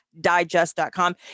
digest.com